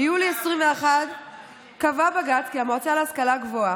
ביולי 2021 קבע בג"ץ כי המועצה להשכלה גבוהה